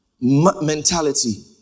mentality